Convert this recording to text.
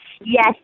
yes